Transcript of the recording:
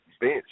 bench